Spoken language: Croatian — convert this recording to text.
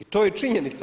I to j činjenica.